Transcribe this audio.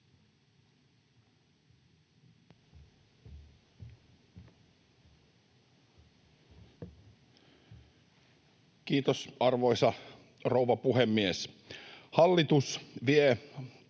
Kiitos, arvoisa rouva puhemies! Hallitus vie